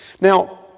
now